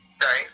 Sorry